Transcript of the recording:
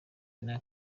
n’aya